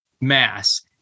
mass